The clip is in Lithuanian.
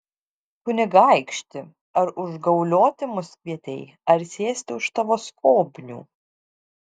kunigaikšti ar užgaulioti mus kvietei ar sėsti už tavo skobnių